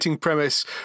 premise